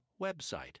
website